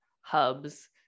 hubs